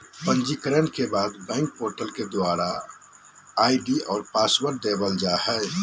पंजीकरण के बाद बैंक पोर्टल के द्वारा आई.डी और पासवर्ड देवल जा हय